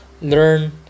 learn